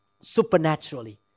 supernaturally